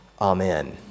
Amen